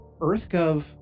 EarthGov